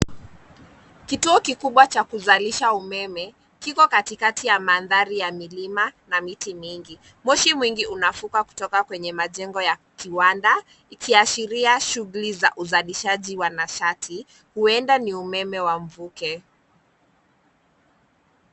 Kituo kikubwa cha kuzalisha umeme kiko katikati ya mandhari ya milima na miti mingi. Moshi mwingi unafuka kutoka kwenye majengo ya kiwanda ikiashiria shughuli za uzalishaji wa nashati huenda ni umeme wa mvuke.